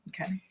Okay